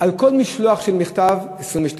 על כל משלוח של מכתב, 22 ש"ח.